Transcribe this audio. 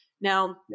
Now